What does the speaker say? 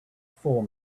four